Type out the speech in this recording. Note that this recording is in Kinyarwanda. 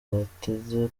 bateze